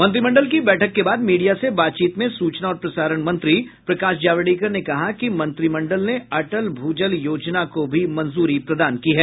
मंत्रिमंडल की बैठक के बाद मीडिया से बातचीत में सूचना और प्रसारण मंत्री प्रकाश जावड़ेकर ने कहा कि मंत्रिमंडल ने अटल भू जल योजना को भी मंजूरी प्रदान की है